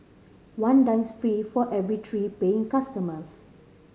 one dines free for every three paying customers